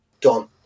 done